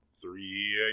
three